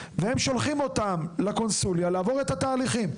הם שולחים אותם לקונסוליה כדי לעבור את התהליכים.